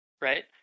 right